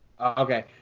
Okay